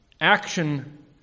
action